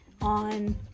on